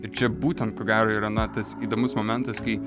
ir čia būtent ko gero yra na tas įdomus momentas kai